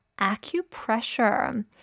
acupressure